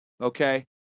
okay